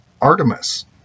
Artemis